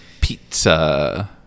Pizza